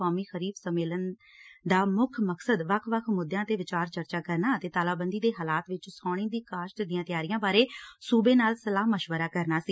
ਕੌਮੀ ਖਰੀਫ਼ ਸੰਮੇਲਨ ਦਾ ਮੁੱਖ ਮਕਸਦ ਵੱਖ ਵੱਖ ਮੁੱਦਿਆਂ ਦੇ ਵਿਚਾਰ ਚਰਚਾ ਕਰਨਾ ਅਤੇ ਤਾਲਾਬੰਦੀ ਦੇ ਹਾਲਾਤ ਵਿਚ ਸਾਉਣੀ ਦੀ ਕਾਸ਼ਤ ਦੀਆਂ ਤਿਆਰੀਆਂ ਬਾਰੇ ਸੂਬੇ ਨਾਲ ਸਲਾਹ ਮੁਸ਼ਵਰਾ ਕਰਨਾ ਸੀ